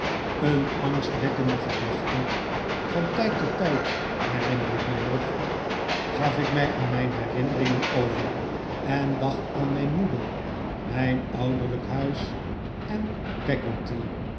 een angstwekkende gedachte van tijd tot tijd herinner ik mij nog gaf ik mij aan mijn herinneringen over en dacht aan mijn moeder mijn ouderlijk huis en